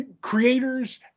creators